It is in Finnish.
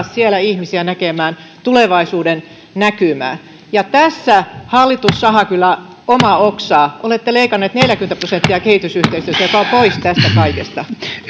siellä ihmisiä näkemään tulevaisuudennäkymää tässä hallitus sahaa kyllä omaa oksaa olette leikanneet neljäkymmentä prosenttia kehitysyhteistyöstä ja se on pois tästä kaikesta